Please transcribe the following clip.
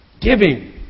Giving